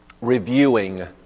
reviewing